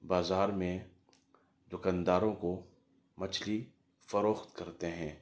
بازار میں دکنداروں کو مچھلی فروخت کرتے ہیں